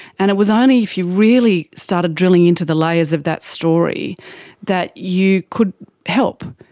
and it was only if you really started drilling into the layers of that story that you could help.